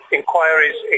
inquiries